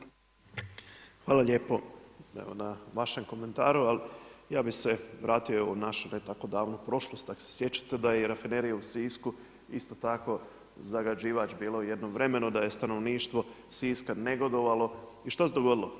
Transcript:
Hvala lijepo na vašem komentaru, ali ja bi se vrati u našu ne tako davnu prošlost, ako se sjećate da je i Rafinerija u Sisku isto tako zagađivač bila u jednom vremenu, da je stanovništva Siska negodovalo i što se dogodilo?